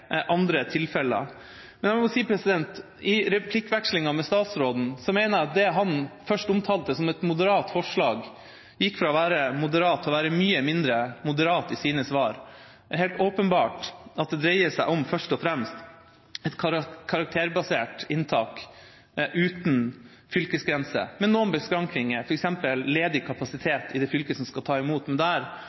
andre tilfeller. Men jeg må si: I replikkvekslingen med statsråden mener jeg at det han først omtalte som et moderat forslag, i svarene hans gikk fra å være moderat til å være mye mindre moderat. Det er helt åpenbart at det først og fremst dreier seg om et karakterbasert inntak uten fylkesgrense, med noen beskrankninger, f.eks. ledig kapasitet i det fylket som skal ta imot. Men der